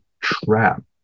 trap